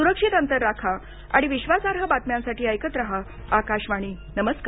सुरक्षित अंतर राखा आणि विश्वासार्ह बातम्यांसाठी ऐकत राहा आकाशवाणी नमस्कार